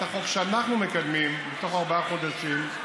החוק שאנחנו מקדמים בתוך ארבעה חודשים,